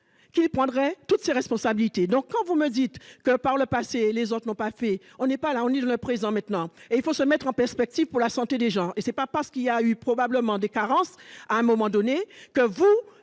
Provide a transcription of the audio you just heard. qu'il prendrait toutes ses responsabilités, donc quand vous me dites que par le passé, les autres n'ont pas fait, on n'est pas là, on est dans le présent maintenant et il faut se mettre en perspective pour la santé des gens et c'est pas parce qu'il y a eu probablement des carences à un moment donné que vous